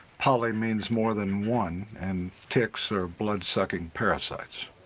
poly means more than one and ticks are blood-sucking parasites.